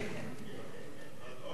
או שנצביע, אדוני, בלעדיהם.